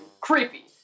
Creepy